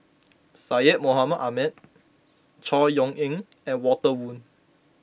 Syed Mohamed Ahmed Chor Yeok Eng and Walter Woon